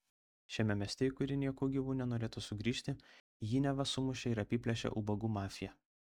šiame mieste į kurį nieku gyvu nenorėtų sugrįžti jį neva sumušė ir apiplėšė ubagų mafija